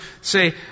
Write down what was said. say